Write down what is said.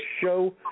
show